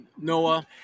Noah